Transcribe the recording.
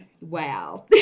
Wow